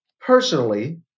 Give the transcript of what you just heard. personally